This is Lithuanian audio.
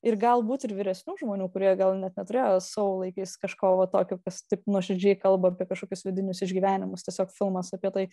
ir galbūt ir vyresnių žmonių kurie gal net neturėjo savo laikais kažko va tokio kas taip nuoširdžiai kalba apie kažkokius vidinius išgyvenimus tiesiog filmas apie tai